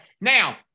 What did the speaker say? Now